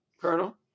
Colonel